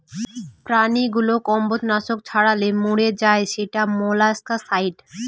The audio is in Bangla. প্রাণীগুলো কম্বজ নাশক ছড়ালে মরে যায় সেটা মোলাস্কাসাইড